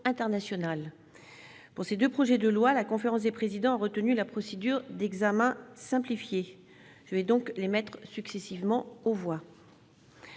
Pour ces deux projets de loi, la conférence des présidents a retenu la procédure d'examen simplifié. Je vais donc les mettre successivement aux voix.